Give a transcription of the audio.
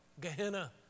Gehenna